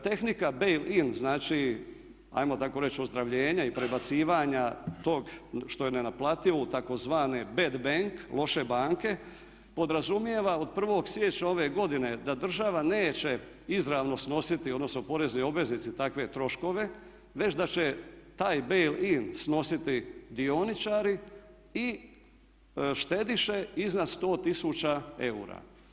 Tehnika Bail-in znači ajmo tako reći ozdravljenje i prebacivanje tog što je nenaplativo u tzv. bed bank loše banke podrazumijeva od 1. siječnja ove godine da država neće izravno snositi odnosno porezni obveznici takve troškove već da će taj Bail-in snositi dioničari i štediše iznad 100 tisuća eura.